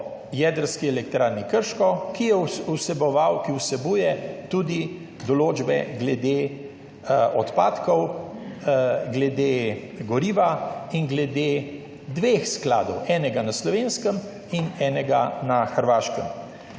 jedrski elektrarni Krško, ki vsebuje tudi določbe glede odpadkov, glede goriva in glede dveh skladov: enega v Sloveniji in enega na Hrvaškem.